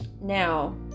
now